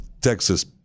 Texas